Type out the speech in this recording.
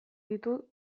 ditu